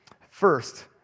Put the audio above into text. First